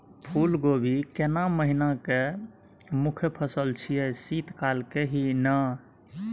फुल कोबी केना महिना के मुखय फसल छियै शीत काल के ही न?